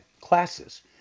classes